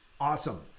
Awesome